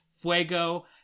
Fuego